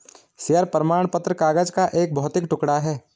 share प्रमाण पत्र कागज का एक भौतिक टुकड़ा है